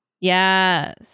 Yes